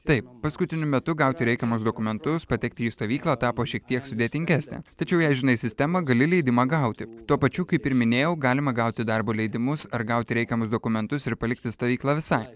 taip paskutiniu metu gauti reikiamus dokumentus patekti į stovyklą tapo šiek tiek sudėtingesnė tačiau jei žinai sistemą gali leidimą gauti tuo pačiu kaip ir minėjau galima gauti darbo leidimus ar gauti reikiamus dokumentus ir palikti stovyklą visai